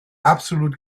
absolut